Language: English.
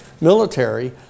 military